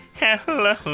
hello